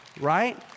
right